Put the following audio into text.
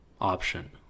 option